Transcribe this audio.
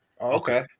Okay